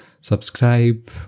Subscribe